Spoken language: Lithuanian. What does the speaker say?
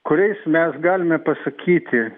kuriais mes galime pasakyti